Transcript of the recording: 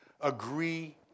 agree